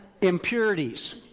Impurities